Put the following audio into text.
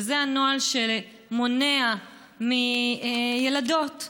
וזה הנוהל שמונע מילדות,